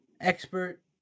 expert